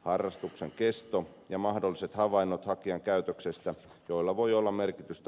harrastuksen kesto ja mahdolliset havainnot hakijan käytöksestä joilla voi olla merkitystä lupaharkinnan kannalta